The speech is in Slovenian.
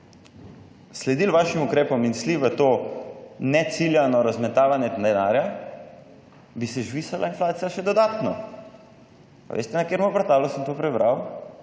sledili vašim ukrepom in šli v to neciljano razmetavanje denarja, bi se zvišala inflacija še dodatno. A veste na katerem portalu sem to prebral?